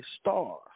star